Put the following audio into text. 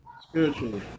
Spiritually